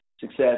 success